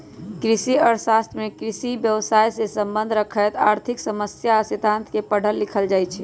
कृषि अर्थ शास्त्र में कृषि व्यवसायसे सम्बन्ध रखैत आर्थिक समस्या आ सिद्धांत के पढ़ल लिखल जाइ छइ